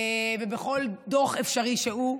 ובכל דוח אפשרי שהוא.